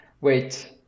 wait